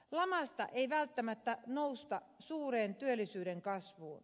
lamasta ei välttämättä nousta suureen työllisyyden kasvuun